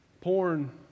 Porn